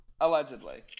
Allegedly